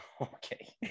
Okay